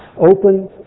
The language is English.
open